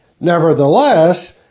Nevertheless